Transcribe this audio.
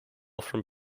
from